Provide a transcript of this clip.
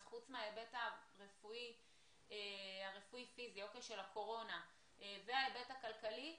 חוץ מההיבט הרפואי-פיזי של הקורונה וההיבט הכלכלי,